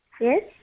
Yes